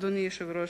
אדוני היושב-ראש,